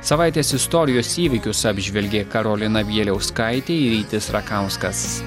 savaitės istorijos įvykius apžvelgė karolina bieliauskaitė rytis rakauskas